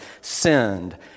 sinned